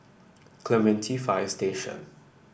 Clementi Fire Station